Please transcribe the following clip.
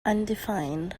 undefined